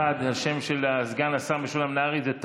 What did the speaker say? התש"ף 2020, לוועדה לקידום מעמד האישה נתקבלה.